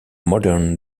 modern